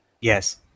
Yes